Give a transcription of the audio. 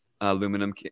aluminum